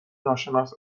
ناشناس